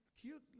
cute